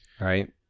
right